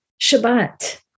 Shabbat